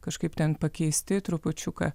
kažkaip ten pakeisti trupučiuką